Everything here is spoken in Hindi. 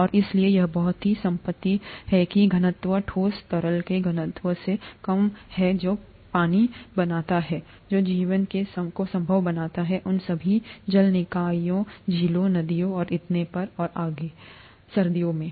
और इसलिए यह बहुत ही संपत्ति है कि घनत्व ठोस तरल के घनत्व से कम है जो पानी बनाता है जो जीवन को संभव बनाता है उन सभी जल निकायों झीलों नदियों और इतने पर और आगे सर्दियों में